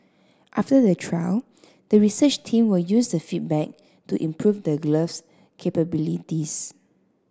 after the trial the research team will use the feedback to improve the glove's capabilities